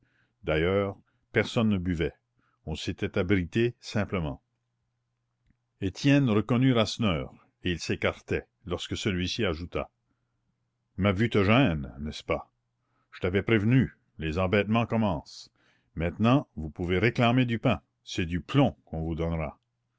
d'ailleurs personne ne buvait on s'était abrité simplement étienne reconnut rasseneur et il s'écartait lorsque celui-ci ajouta ma vue te gêne n'est-ce pas je t'avais prévenu les embêtements commencent maintenant vous pouvez réclamer du pain c'est du plomb qu'on vous donnera